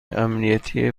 امنیتی